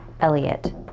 Elliot